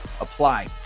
apply